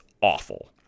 awful